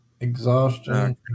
Exhaustion